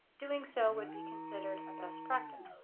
doing so would be considered a best practice.